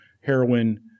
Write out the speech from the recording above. heroin